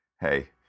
Hey